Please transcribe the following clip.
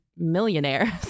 millionaire